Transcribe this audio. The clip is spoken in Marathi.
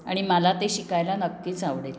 आणि मला ते शिकायला नक्कीच आवडेल